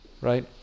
Right